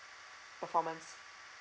performance